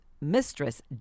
mistress